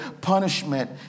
punishment